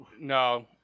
No